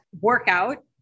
workout